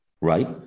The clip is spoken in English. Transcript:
right